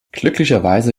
glücklicherweise